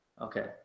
Okay